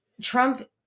Trump